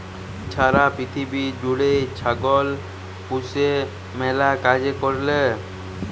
ছারা পিথিবী জ্যুইড়ে ছাগল পুষে ম্যালা কাজের কারলে